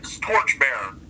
torchbearer